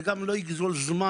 זה גם לא יגזול זמן,